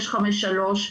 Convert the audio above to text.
653,